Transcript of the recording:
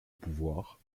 pouvoirs